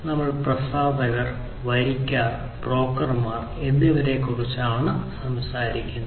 നമ്മൾ പ്രസാധകർ വരിക്കാർ ബ്രോക്കർമാർ എന്നിവരെക്കുറിച്ചാണ് സംസാരിക്കുന്നത്